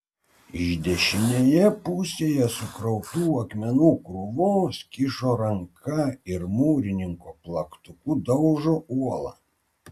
iš dešinėje pusėje sukrautų akmenų krūvos kyšo ranka ir mūrininko plaktuku daužo uolą